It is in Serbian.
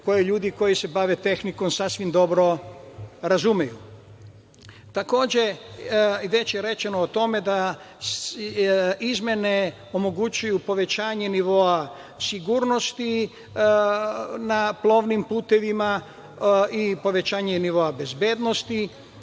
koje ljudi koji se bave tehnikom sasvim dobro razumeju. Takođe, već je rečeno o tome, izmene omogućuju povećanje nivoa sigurnosti na plovnim putevima i povećanje nivoa bezbednosti,